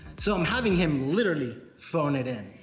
so, i'm having him, literally, phone it in.